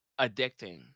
addicting